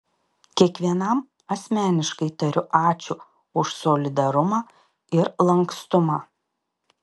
kiekvienam asmeniškai tariu ačiū už solidarumą ir lankstumą